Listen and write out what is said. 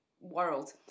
world